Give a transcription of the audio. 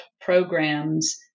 programs